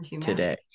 today